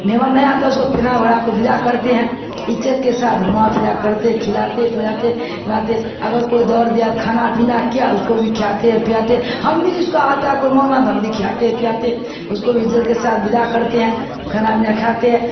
مہمان نہیں آتا اس کو پینا وورا کو بدا کرتے ہیںںجت کے ساتھ گھما پھرا کرتے کھلاتے پلاتے گاتے اگر کوئی دور دیا کھانا پینا کیا اس کو بھی کھاتے ہیں پیااتے ہیں ہم بھی اس کو آتا ہے کوئی منومان تو ہم بھی کھاتے ہیں پیااتے ہیں اس کو بھی عجت کے ساتھ بدا کرتے ہیں کھانا پینا کھاتے ہیں